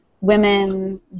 women